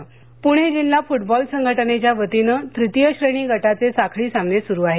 प्णे जिल्हा फ्टबॉल संघटनेच्या वतीनं त्रतीय श्रेणी गटाचे साखळी सामने सुरु आहेत